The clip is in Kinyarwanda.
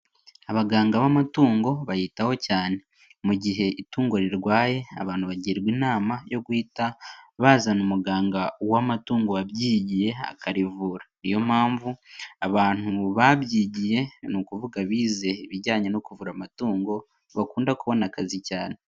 Abaganga b'amatungo bayitaho cyane. Mu gihe itungo rirwaye abantu bagirwa inama yo guhita bazana umuganga w'amatungo wabyigiye akarivura. Ni yo mpamvu abantu babyigiye ni ukuvuga bize ibijyanye no kuvura amatungo bakunda kubona akazi cyane.